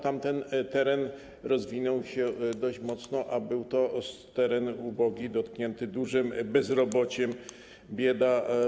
Tamten teren rozwinął się dość mocno, a był to teren ubogi, dotknięty dużym bezrobociem, panowała tam bieda.